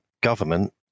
government